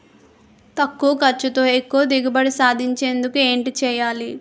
తక్కువ ఖర్చుతో ఎక్కువ దిగుబడి సాధించేందుకు ఏంటి చేయాలి?